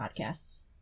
podcasts